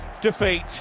defeat